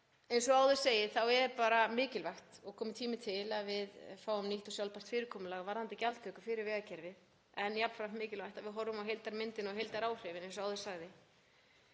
Eins og áður segir er mikilvægt og kominn tími til að við fáum nýtt og sjálfbært fyrirkomulag varðandi gjaldtöku fyrir vegakerfið en jafnframt mikilvægt að við horfum á heildarmyndina og heildaráhrifin eins og áður sagði